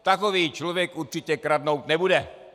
Takový člověk určitě kradnout nebude.